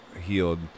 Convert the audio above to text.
healed